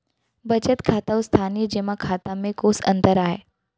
बचत खाता अऊ स्थानीय जेमा खाता में कोस अंतर आय?